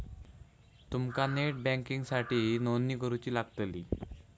तुमका नेट बँकिंगसाठीही नोंदणी करुची लागतली